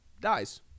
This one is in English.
dies